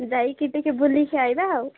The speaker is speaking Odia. ଯାଇକି ଟିକେ ବୁଲିକି ଆସିବା ଆଉ